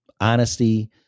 honesty